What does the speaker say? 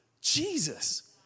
Jesus